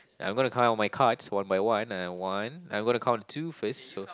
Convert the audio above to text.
I'm gonna count all my cards one by one and uh one I'm gonna count two first so